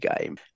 game